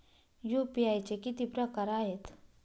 UPI चे किती प्रकार आहेत?